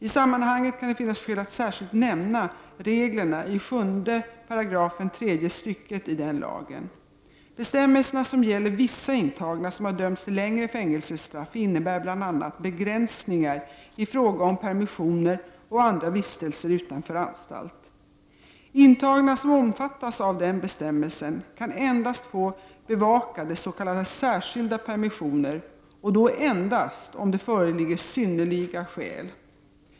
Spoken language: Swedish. I sammanhanget kan det finnas skäl att särskilt nämna reglerna i 7§ tredje stycket i den lagen. Bestämmelserna, som gäller vissa intagna som har dömts till längre fängelsestraff, innebär bl.a. begränsningar i fråga om permissioner och andra vistelser utanför anstalt. Intagna som omfattas av den bestämmelsen kan endast få bevakade s.k. särskilda permissioner och då endast om det föreligger synnerliga skäl.